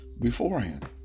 beforehand